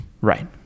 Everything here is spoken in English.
right